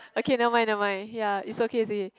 okay nevermind nevermind ya it's okay it's okay